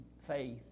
faith